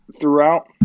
throughout